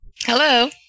Hello